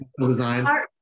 design